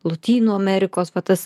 lotynų amerikos va tas